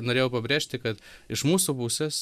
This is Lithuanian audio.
norėjau pabrėžti kad iš mūsų pusės